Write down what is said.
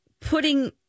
putting